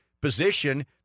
position